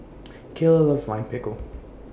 Keyla loves Lime Pickle